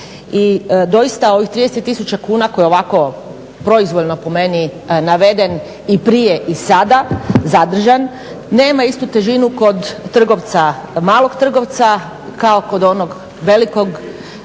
i doista ovih 30 tisuća kuna koje ovako proizvoljno po meni naveden i prije i sada zadržan, nema istu težinu kod malog trgovca kao kod onog velikog trgovca